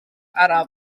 araf